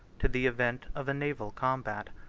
to the event of a naval combat.